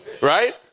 right